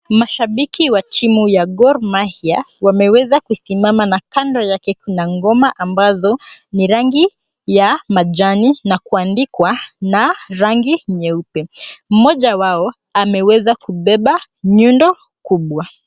Mashabiki wa timu ya Gor Mahia wameweza kusimama na kando yake kuna ngoma ambazo ni ya rangi ya majani, na kuandikwa na rangi nyeupe. Mmoja wao ameweza kubeba nyundo kubwa.